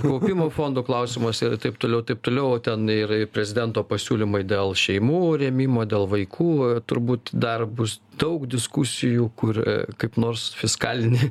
kaupimo fondo klausimuose ir taip toliau taip toliau o ten ir prezidento pasiūlymai dėl šeimų rėmimo dėl vaikų turbūt dar bus daug diskusijų kur kaip nors fiskalinį